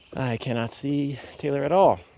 i cannot see taylor at all.